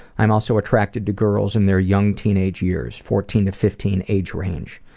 i'm also attracted to girls in their young teenage years fourteen to fifteen age range.